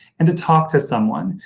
and to talk to someone.